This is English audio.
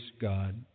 God